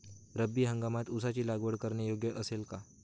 रब्बी हंगामात ऊसाची लागवड करणे योग्य असेल का?